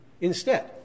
Instead